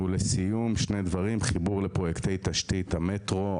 חיבור לפרויקטי תשתית המטרו,